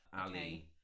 Ali